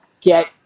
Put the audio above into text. get